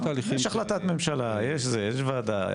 יש החלטת ממשלה, יש ועדה.